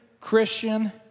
Christian